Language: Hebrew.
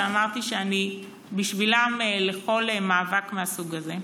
ואמרתי שאני בשבילן לכל מאבק מהסוג הזה.